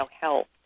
health